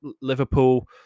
Liverpool